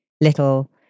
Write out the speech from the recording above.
little